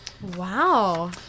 Wow